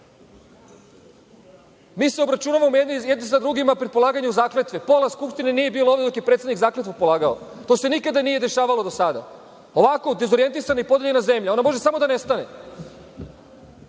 se obračunavamo jedni sa drugima pri polaganju zakletve. Pola Skupštine nije bilo ovde dok je predsednik zakletvu polagao. To se nikada nije dešavalo do sada. Ovako dezorjentisani, podeljena zemlja, ona može samo da nestane.